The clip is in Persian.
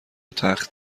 تخت